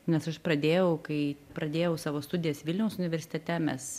nes aš pradėjau kai pradėjau savo studijas vilniaus universitete mes